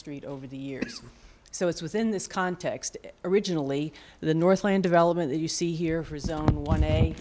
street over the years so it's within this context originally the northland development that you see here for zone one a